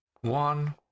one